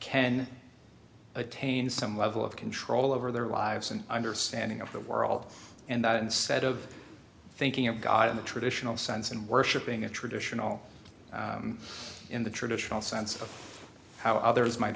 can attain some level of control over their lives and understanding of the world and that instead of thinking of god in the traditional sense and worshipping a traditional in the traditional sense of how others might